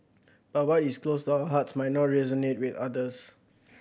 but what is close to our hearts might not resonate with others